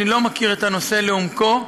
אני לא מכיר את הנושא לעומקו,